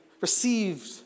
received